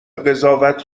قضاوت